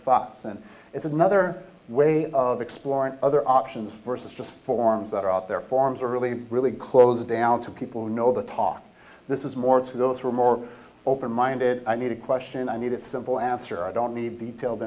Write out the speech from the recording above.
thoughts and it's another way of exploring other options versus just forms that are out there forms or really really close down to people who know the top this is more to those who are more open minded i need a question i need a simple answer i don't need detail